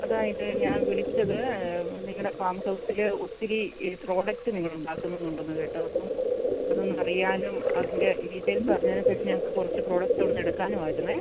അതായത് ഞാൻ വിളിച്ചത് നിങ്ങളുടെ ഫാം ഹൗസിൽ ഒത്തിരി ഈ പ്രോഡക്റ്റ് നിങ്ങൾ ഉണ്ടാക്കുന്നുണ്ടെന്ന് കേട്ടു അപ്പം അതൊന്ന് അറിയാനും അതിന്റെ ഡീറ്റെയിൽസ് അറിഞ്ഞതിന് ശേഷം ഞങ്ങൾക്ക് കുറച്ച് പ്രോഡക്റ്റ്സ് അവിടുന്ന് എടുക്കാനും ആയിരു